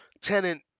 tenant